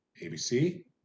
ABC